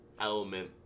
element